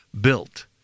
built